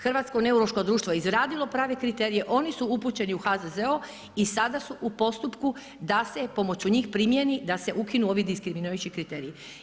Hrvatsko neurološko društvo je izradilo prave kriteriji, oni su upućeni u HZZO i sada su u postupku da se pomoću njih primijeni da se ukinu ovi diskriminirajući kriteriji.